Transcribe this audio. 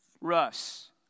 russ